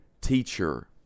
teacher